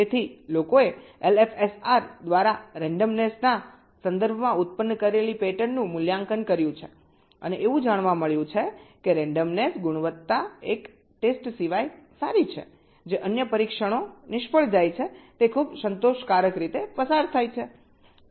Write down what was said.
તેથી લોકોએ એલએફએસઆર દ્વારા રેન્ડમનેસના સંદર્ભમાં ઉત્પન્ન કરેલી પેટર્નનું મૂલ્યાંકન કર્યું છે અને એવું જાણવા મળ્યું છે કે રેન્ડમનેસ ગુણવત્તા એક ટેસ્ટ સિવાય સારી છે જે અન્ય પરીક્ષણો નિષ્ફળ જાય છે તે ખૂબ સંતોષકારક રીતે પસાર થાય છે